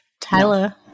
Tyler